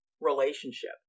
relationship